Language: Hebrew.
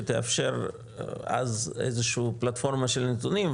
שתאפשר איזו שהיא פלטפורמה של נתונים,